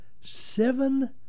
seven